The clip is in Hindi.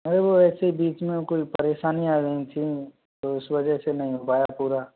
अरे वो ऐसे ही बीच में कोई परेशानी आ गई थी तो उस वजह से नहीं हो पाया पूरा